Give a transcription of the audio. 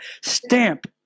stamp